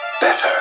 better